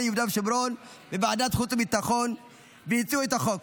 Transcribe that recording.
יהודה ושומרון בוועדת החוץ והביטחון והציעו את החוק,